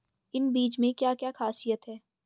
इन बीज में क्या क्या ख़ासियत है?